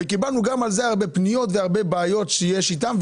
גם על זה קיבלנו הרבה פניות והרבה בעיות שיש איתם.